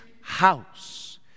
house